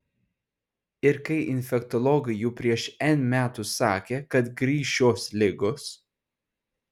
ir kai infektologai jau prieš n metų sakė kad grįš šios ligos